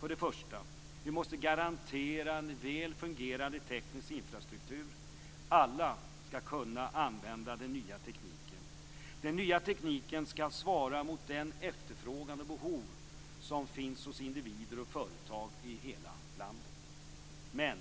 För det första måste vi garantera en väl fungerande teknisk infrastruktur. Alla skall kunna använda den nya tekniken. Den nya tekniken skall svara mot den efterfrågan och det behov som finns hos individer och företag i hela landet. Men